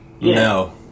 no